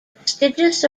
prestigious